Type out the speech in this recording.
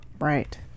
Right